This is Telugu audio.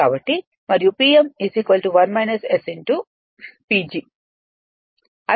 కాబట్టి మరియు Pm PG